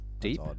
deep